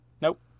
Nope